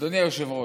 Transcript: אדוני היושב-ראש,